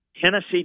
Tennessee